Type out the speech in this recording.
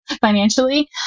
financially